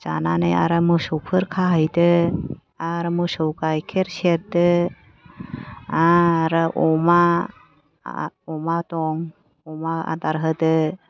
जानानै आरो मोसौफोर खाहैदो आरो मोसौ गाय गाइखेर सेरदो आरो अमा अमा दं अमा आदार होदो